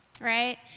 Right